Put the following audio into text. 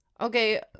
Okay